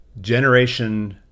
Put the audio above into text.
Generation